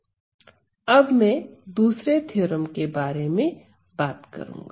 अब मैं दूसरे थ्योरम के बारे में बात करूंगा